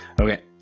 Okay